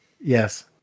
yes